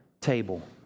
table